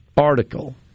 article